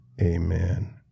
Amen